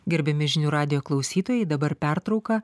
gerbiami žinių radijo klausytojai dabar pertrauka